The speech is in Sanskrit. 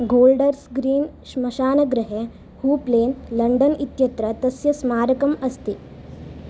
गोल्डर्स् ग्रीन् श्मशानगृहे हूप्लेन् लण्डन् इत्यत्र तस्य स्मारकम् अस्ति